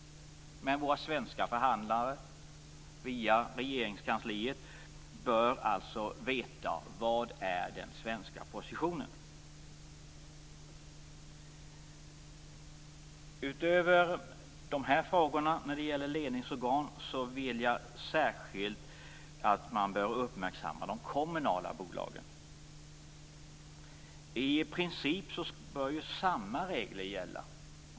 Våra svenska förhandlare via Regeringskansliet bör veta vilken den svenska positionen är. Utöver dessa frågor som gäller ledningsorgan vill jag särskilt att man uppmärksammar de kommunala bolagen. I princip bör samma regler gälla.